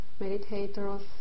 meditators